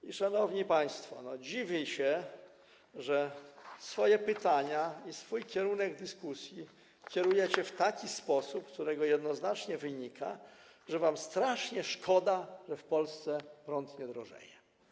I, szanowni państwo, dziwię się, że swoje pytania i swój kierunek dyskusji przedstawiacie w taki sposób, z którego jednoznacznie wynika, że wam strasznie szkoda, że w Polsce prąd nie drożeje.